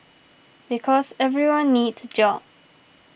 because everyone needs job